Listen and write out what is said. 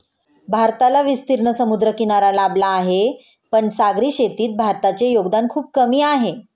भारताला विस्तीर्ण समुद्रकिनारा लाभला आहे, पण सागरी शेतीत भारताचे योगदान खूप कमी आहे